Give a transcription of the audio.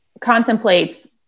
contemplates